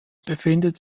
befindet